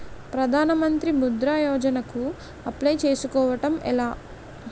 ప్రధాన మంత్రి ముద్రా యోజన కు అప్లయ్ చేసుకోవటం ఎలా?